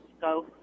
go